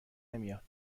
نمیاد